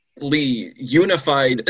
unified